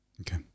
okay